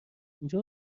اینجا